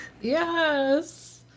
Yes